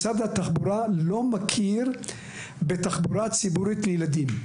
משרד התחבורה לא מכיר בתחבורה ציבורית לילדים,